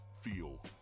feel